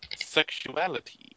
Sexuality